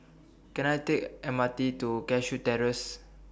Can I Take M R T to Cashew Terrace